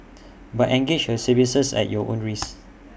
but engage her services at your own risk